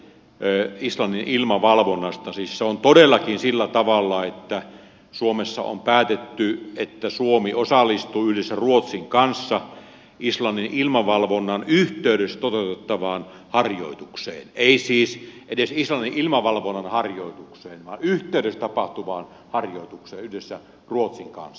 siis se on todellakin sillä tavalla että suomessa on päätetty että suomi osallistuu yhdessä ruotsin kanssa islannin ilmavalvonnan yhteydessä toteutettavaan harjoitukseen ei siis edes islannin ilmavalvonnan harjoitukseen vaan sen yhteydessä tapahtuvaan harjoitukseen yhdessä ruotsin kanssa